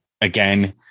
again